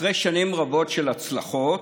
אחרי שנים רבות של הצלחות: